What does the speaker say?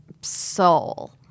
soul